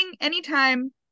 anytime